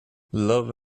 love